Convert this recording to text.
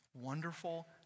Wonderful